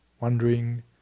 wondering